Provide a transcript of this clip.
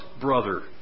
brother